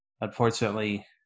unfortunately